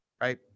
right